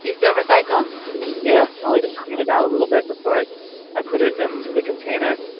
you still recycle yeah. i'll even clean it out a little bit before i i put it into the container